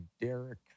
Derek